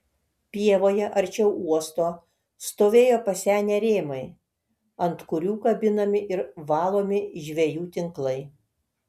pievoje arčiau uosto stovėjo pasenę rėmai ant kurių kabinami ir valomi žvejų tinklai